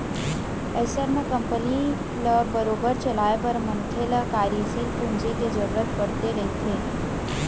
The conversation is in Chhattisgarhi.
अइसन म कंपनी ल बरोबर चलाए बर मनखे ल कार्यसील पूंजी के जरुरत पड़ते रहिथे